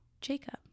Jacob